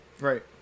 Right